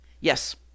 Yes